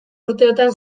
urteotan